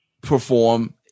perform